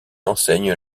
enseigne